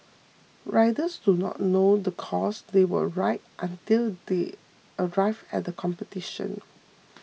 riders do not know the course they will ride until they arrive at competition